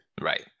Right